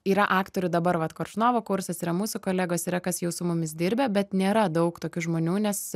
yra aktorių dabar vat koršunovo kursas yra mūsų kolegos yra kas jau su mumis dirbę bet nėra daug tokių žmonių nes